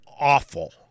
awful